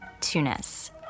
Tunis